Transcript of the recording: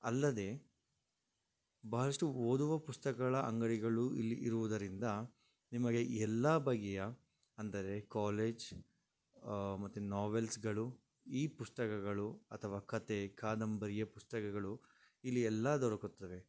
ಅಲ್ಲದೆ ಬಹಳಷ್ಟು ಓದುವ ಪುಸ್ತಕಗಳ ಅಂಗಡಿಗಳು ಇಲ್ಲಿ ಇರುವುದರಿಂದ ನಿಮಗೆ ಎಲ್ಲಾ ಬಗೆಯ ಅಂದರೆ ಕಾಲೇಜ್ ಮತ್ತೆ ನೋವೆಲ್ಸ್ಗಳು ಈ ಪುಸ್ತಕಗಳು ಅಥವಾ ಕಥೆ ಕಾದಂಬರಿಯ ಪುಸ್ತಕಗಳು ಇಲ್ಲಿ ಎಲ್ಲ ದೊರಕುತ್ತವೆ